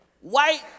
White